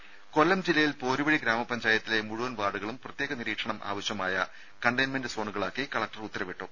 രുമ കൊല്ലം ജില്ലയിൽ പോരുവഴി ഗ്രാമ പഞ്ചായത്തിലെ മുഴുവൻ വാർഡുകളും പ്രത്യേക നിരീക്ഷണം ആവശ്യമായ കണ്ടെയ്ൻമെന്റ് സോണുകളാക്കി കലക്ടർ ഉത്തരവിട്ടു